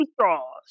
straws